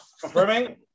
Confirming